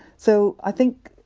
so, i think,